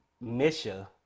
Misha